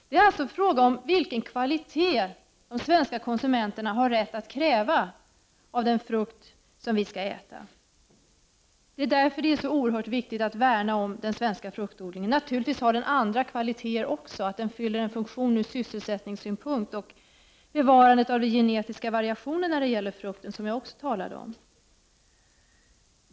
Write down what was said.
Det är alltså fråga om vilken kvalitet de svenska konsumenterna har rätt att kräva på den frukt som vi skall äta. Det är därför som det är så viktigt att värna om den svenska fruktodlingen. Den har naturligtvis andra kvaliteter också, som att den fyller en funktion ur sysselsättningssynpunkt och för bevarandet av de genetiska variationerna, som jag sade tidigare.